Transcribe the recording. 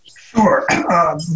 Sure